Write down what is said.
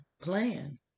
plan